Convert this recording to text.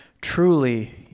Truly